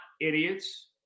idiots